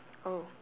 oh